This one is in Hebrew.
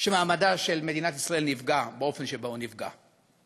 שמעמדה של מדינת ישראל נפגע באופן שבו הוא נפגע.